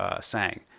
sang